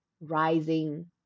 rising